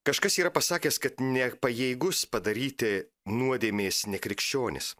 kažkas yra pasakęs kad nepajėgus padaryti nuodėmės nekrikščionis